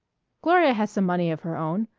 gloria has some money of her own.